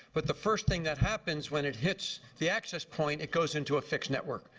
but the first thing that happens when it hits the access point, it goes into a fixed network.